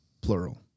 plural